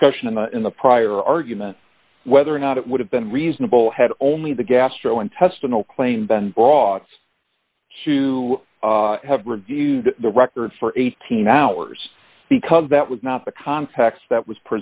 discussion in the prior argument whether or not it would have been reasonable had only the gastrointestinal claim been brought to have reviewed the record for eighteen hours because that was not the context that was